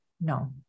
no